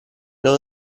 non